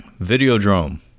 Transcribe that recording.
Videodrome